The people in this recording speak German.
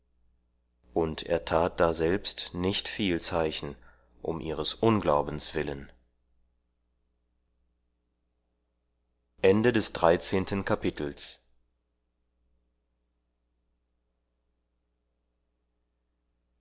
und er tat daselbst nicht viel zeichen um ihres unglaubens willen